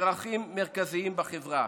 כערך מרכזי בחברה.